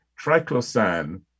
Triclosan